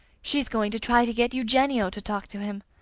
she's going to try to get eugenio to talk to him.